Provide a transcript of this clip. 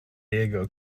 diego